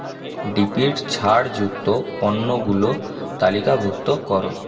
ডিপির ছাড় যুক্ত পণ্যগুলো তালিকাভুক্ত কর